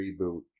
reboot